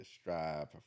strive